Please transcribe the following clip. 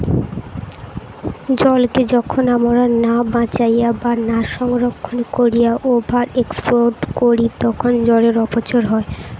জলকে যখন আমরা না বাঁচাইয়া বা না সংরক্ষণ কোরিয়া ওভার এক্সপ্লইট করি তখন জলের অপচয় হয়